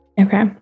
okay